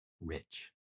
Rich